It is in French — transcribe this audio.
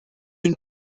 une